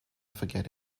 forget